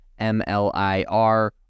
MLIR